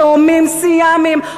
תאומים סיאמיים,